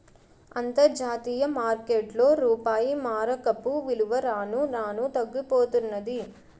అంతర్జాతీయ మార్కెట్లో రూపాయి మారకపు విలువ రాను రానూ తగ్గిపోతన్నాది